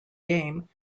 game